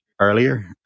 earlier